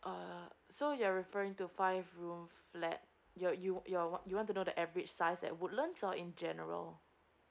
uh so you're referring to five room flat your you your you want to know the average size at woodlands or in general